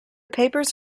papers